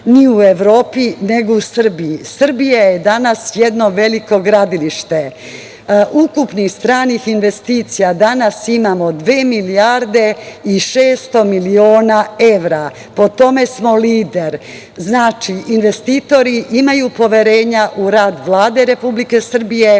ni u Evropi, nego u Srbiji. Srbija je danas jedno veliko gradilište. Ukupni stranih investicija danas imamo 2 milijarde i 600 miliona evra. Po tome smo lider. Znači, investitori imaju poverenja u rad Vlade Republike Srbije,